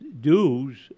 dues